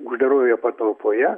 uždaroje patalpoje